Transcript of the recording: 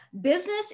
business